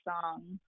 song